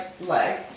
leg